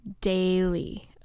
daily